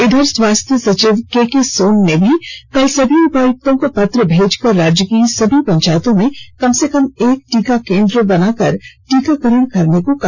इधर स्वास्थ्य सचिव केके सोन ने भी कल सभी उपायुक्तों को पत्र भेजकर राज्य के सभी पंचायतों में कम से कम एक टीकाकरण केंद्र बनाकर टीकाकरण करने को कहा